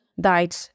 died